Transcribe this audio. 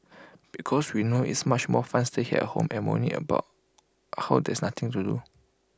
because we know it's much more fun staying at home and moaning about how there's nothing to do